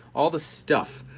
all the stuff,